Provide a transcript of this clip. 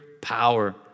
power